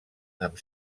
amb